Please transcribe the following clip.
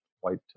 white